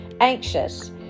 Anxious